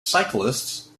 cyclists